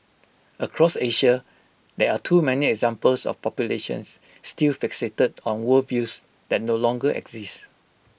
across Asia there are too many examples of populations still fixated on worldviews that no longer exist